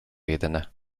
jedyne